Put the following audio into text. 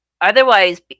Otherwise